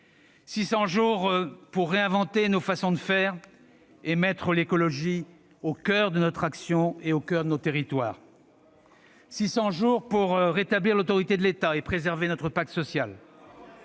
600 jours pour réinventer nos façons de faire et mettre l'écologie au coeur de notre action et de nos territoires ; 600 jours pour rétablir l'autorité de l'État ... Ô combien dégradée !...